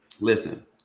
Listen